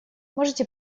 можете